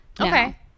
Okay